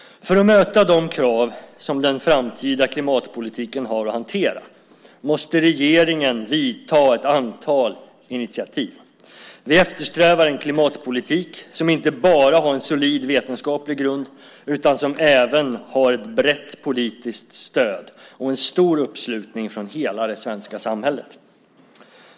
För att möta de krav som den framtida klimatpolitiken har att hantera måste regeringen ta ett antal initiativ. Vi eftersträvar en klimatpolitik som inte bara har en solid vetenskaplig grund, utan som även har ett brett politiskt stöd och en stor uppslutning från hela det svenska samhället.